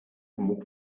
mógł